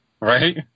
Right